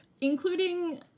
including